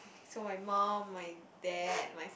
so my mum my dad my